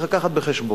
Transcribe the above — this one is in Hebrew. צריך להביא בחשבון